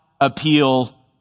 appeal